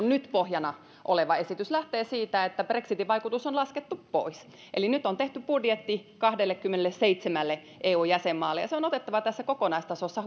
nyt pohjana oleva esitys lähtevät siitä että brexitin vaikutus on laskettu pois eli nyt on tehty budjetti kahdellekymmenelleseitsemälle eu jäsenmaalle ja se on otettava tässä kokonaistasossa